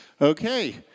Okay